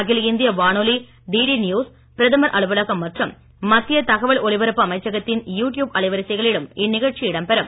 அகில இந்திய வானொலி டிடி நியூஸ் பிரதமர் அலுவலகம் மற்றும் மத்திய தகவல் ஒலிபரப்பு அமைச்சகத்தின் யு ட்யூப் அலைவரிசைகளிலும் இந்நிகழ்ச்சி இடம்பெறும்